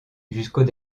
jusqu’au